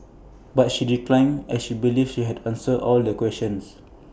but she declined as she believes she had answered all the questions